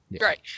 Right